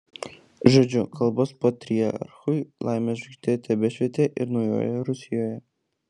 žodžiu kalbos patriarchui laimės žvaigždė tebešvietė ir naujoje rusijoje